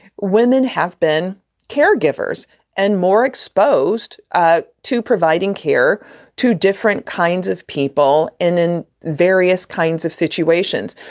women have been caregivers and more exposed ah to providing care to different kinds of people in in various kinds of situations.